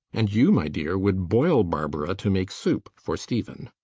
and you, my dear, would boil barbara to make soup for stephen.